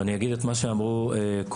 ואני אגיד את מה שאמרו קודמי.